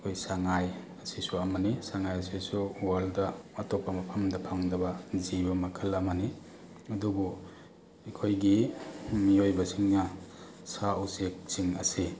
ꯑꯩꯈꯣꯏ ꯁꯉꯥꯏ ꯑꯁꯤꯁꯨ ꯑꯃꯅꯤ ꯁꯉꯥꯏ ꯑꯁꯤꯁꯨ ꯋꯥꯔꯜꯗ ꯑꯇꯣꯞꯄ ꯃꯐꯝꯗ ꯐꯪꯗꯕ ꯖꯤꯕ ꯃꯈꯜ ꯑꯃꯅꯤ ꯑꯗꯨꯕꯨ ꯑꯩꯈꯣꯏꯒꯤ ꯃꯤꯑꯣꯏꯕꯁꯤꯡꯅ ꯁꯥ ꯎꯆꯦꯛꯁꯤꯡ ꯑꯁꯦ